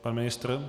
Pan ministr?